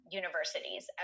universities